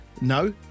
No